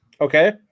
Okay